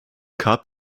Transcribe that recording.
cup